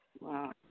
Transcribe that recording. Wow